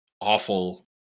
awful